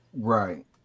Right